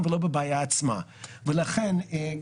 אסטרטגיית עבודה אחרת,